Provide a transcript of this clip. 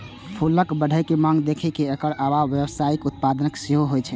फूलक बढ़ैत मांग देखि कें एकर आब व्यावसायिक उत्पादन सेहो होइ छै